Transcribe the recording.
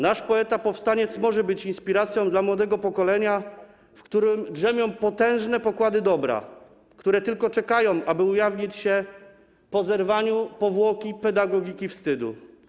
Nasz poeta powstaniec może być inspiracją dla młodego pokolenia, w którym drzemią potężne pokłady dobra, które tylko czekają, aby ujawnić się po zerwaniu powłoki pedagogiki wstydu.